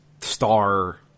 star